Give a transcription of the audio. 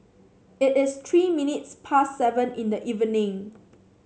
it is three minutes past seven in the evening